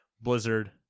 Blizzard